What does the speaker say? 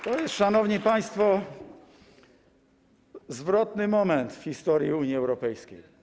To jest, szanowni państwo, zwrotny moment w historii Unii Europejskiej.